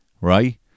right